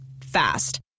Fast